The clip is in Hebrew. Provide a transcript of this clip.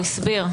הוא הסביר.